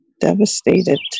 devastated